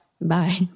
bye